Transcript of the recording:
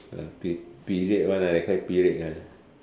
pe~ period one lah they call it period ya